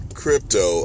crypto